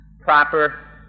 proper